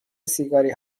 سیگاری